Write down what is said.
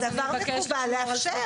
זה דבר מקובל לאפשר.